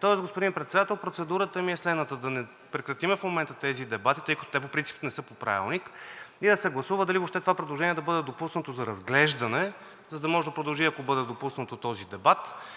Тоест, господин Председател, процедурата ми е следната: да прекратим в момента тези дебати, тъй като те по принцип не са по Правилник, и да се гласува дали въобще това предложение да бъде допуснато за разглеждане, за да може да продължи, ако бъде допуснато, този дебат